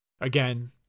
Again